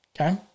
Okay